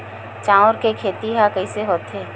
चांउर के खेती ह कइसे होथे?